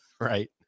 Right